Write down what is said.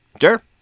Sure